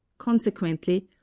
Consequently